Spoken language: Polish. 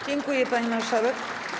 Dziękuję, pani marszałek.